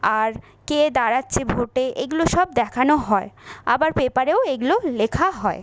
আর কে দাঁড়াচ্ছে ভোটে এগুলো সব দেখানো হয় আবার পেপারেও এগুলো লেখা হয়